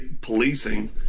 policing